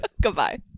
Goodbye